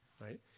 Right